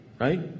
right